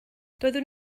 doeddwn